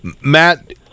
matt